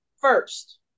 first